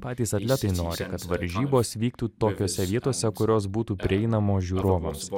patys atletai nori kad varžybos vyktų tokiose vietose kurios būtų prieinamos žiūrovams